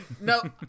no